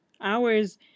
hours